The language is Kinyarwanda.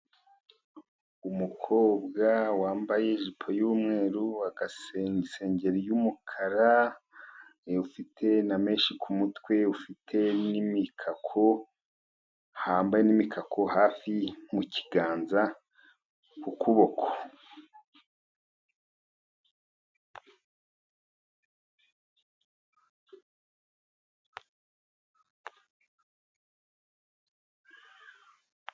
Umukobwa wambaye ijipo y'umweru, isengeri y'umukara, ufite na meshi ku mutwe, ufite n'imikako, yambaye n'imikako hafi mukiganza ku kuboko.